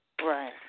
Right